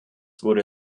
wurde